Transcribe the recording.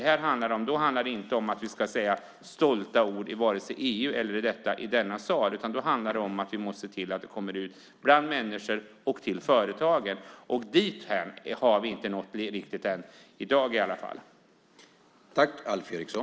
Då handlar det inte om att vi ska säga stolta ord i vare sig EU eller denna sal. Då handlar det om att vi måste se till att den här energin kommer ut bland människor och till företagen. Dithän har vi inte nått riktigt än.